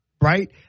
Right